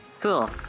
cool